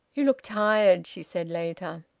you look tired, she said later.